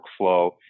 workflow